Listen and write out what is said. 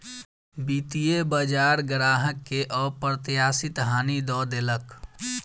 वित्तीय बजार ग्राहक के अप्रत्याशित हानि दअ देलक